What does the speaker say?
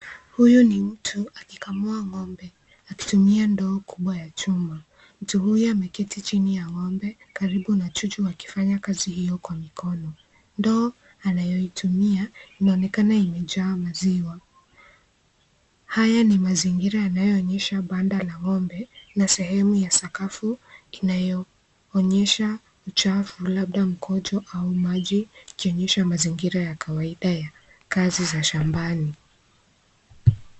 Huyu ni mtu akikamua ngombe akitumia ndoo kubwa ya chuma. Mtu huyu ameketi chini ya ngombe, karibu na chuchu akifanya kazi hiyo kwa mikono, ndoo anoyoitumia inaonekana imejaa maziwa, haya ni mazingira yanayo onyesha banda la ngombe, na sehemu ya sakafu, inayo onyesha uchafu labda mkojo au maji, ikionyesha mazingira ya kawaida ya kazi za shambani.